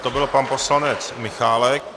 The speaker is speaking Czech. To byl pan poslanec Michálek.